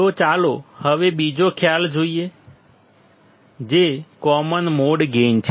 તો ચાલો હવે બીજો ખ્યાલ જોઈએ જે કોમન મોડ ગેઇન છે